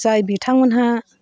जाय बिथांमोनहा